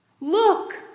Look